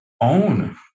own